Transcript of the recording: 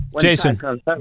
Jason